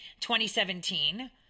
2017